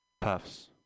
puffs